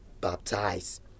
baptize